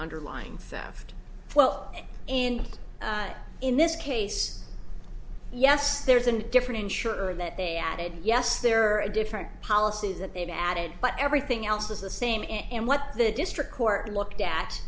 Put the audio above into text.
underlying theft well and in this case yes there's a different insurer that they added yes there are different policies that they've added but everything else is the same and what the district court looked at